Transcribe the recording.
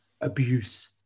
abuse